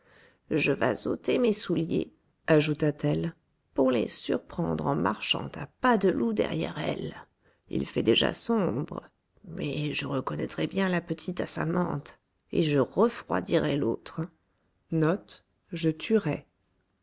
je vas ôter mes souliers ajouta-t-elle pour les surprendre en marchant à pas de loup derrière elles il fait déjà sombre mais je reconnaîtrai bien la petite à sa mante et je refroidirai l'autre